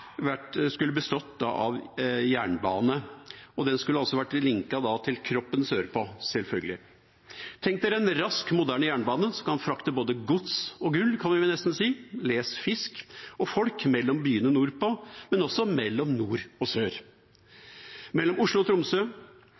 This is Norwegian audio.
til kroppen sørpå – selvfølgelig. Tenk dere en rask, moderne jernbane som kan frakte både gods og gull – kan vi vel nesten si; les «fisk» – og folk mellom byene nordpå, men også mellom nord og sør, mellom Oslo og Tromsø.